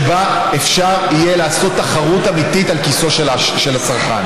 שבה אפשר יהיה לעשות תחרות אמיתית על כיסו של הצרכן.